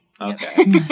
Okay